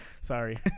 sorry